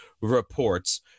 reports